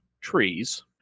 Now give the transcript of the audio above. trees